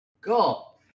Cool